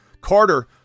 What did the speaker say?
Carter